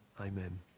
Amen